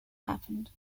happened